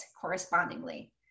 correspondingly